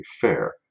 fair